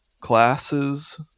classes